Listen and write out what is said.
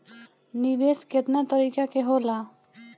निवेस केतना तरीका के होला?